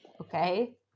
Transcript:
Okay